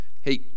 hey